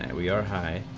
and we are high